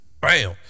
Bam